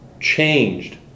changed